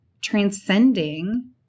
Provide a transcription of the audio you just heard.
transcending